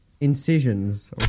incisions